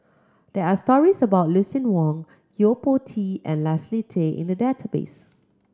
there are stories about Lucien Wang Yo Po Tee and Leslie Tay in the database